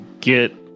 get